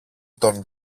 τον